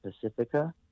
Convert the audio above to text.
Pacifica